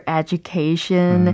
education